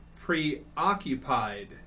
preoccupied